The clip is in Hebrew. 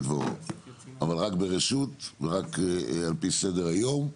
דברו אבל רק ברשות ורק על פי סדר היום,